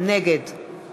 נגד